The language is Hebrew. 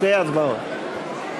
שתי הצבעות.